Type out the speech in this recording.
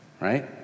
right